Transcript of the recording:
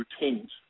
routines